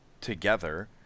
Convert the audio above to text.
together